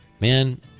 man